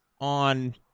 on